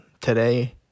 today